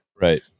Right